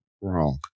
wrong